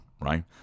right